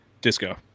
Disco